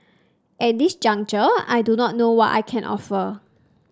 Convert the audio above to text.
at this juncture I do not know what I can offer